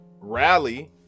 rally